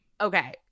Okay